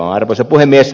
arvoisa puhemies